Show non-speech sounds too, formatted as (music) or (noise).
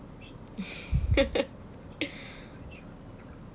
(laughs)